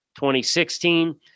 2016